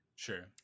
Sure